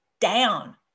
down